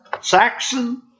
Saxon